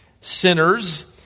sinners